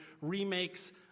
remakes